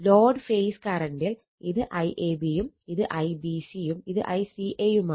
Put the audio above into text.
load phase കറണ്ടിൽ ഇത് IAB യും ഇത് IBC യും ICA യുമാണ്